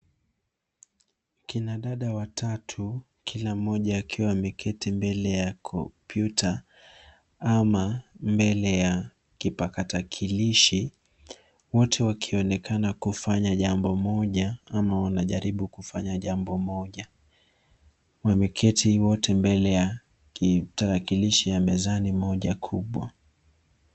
Kina dada watatu kila mmoja akiwa ameketi mbele ya kompyuta ama mbele ya kipakatalishi. Wote wakionekana kufanya jambo moja ama wanajaribu kufanya jambo moja. Wameketi wote mbele ya tarakilishi ya mezani moja kubwa.